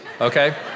okay